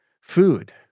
food